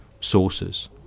sources